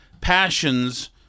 passions